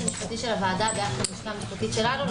המשפטי של הוועדה לבין הלשכה המשפטית שלנו,